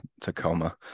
Tacoma